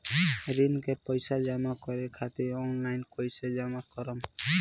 ऋण के पैसा जमा करें खातिर ऑनलाइन कइसे जमा करम?